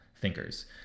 thinkers